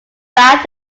bath